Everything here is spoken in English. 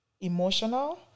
emotional